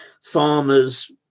farmers